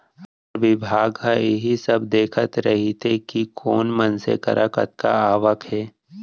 आयकर बिभाग ह इही सब देखत रइथे कि कोन मनसे करा कतका आवक हे